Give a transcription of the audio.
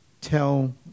tell